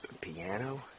piano